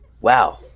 Wow